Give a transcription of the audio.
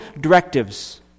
directives